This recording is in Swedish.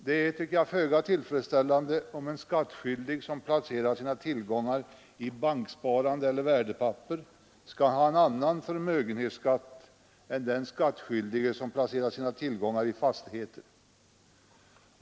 Det är, tycker jag, föga tillfredsställande, om en skattskyldig som placerar sina tillgångar i banksparande eller värdepapper har en annan förmögenhetsskatt än den skattskyldige som placerar sina tillgångar i fastigheter.